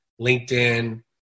LinkedIn